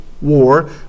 war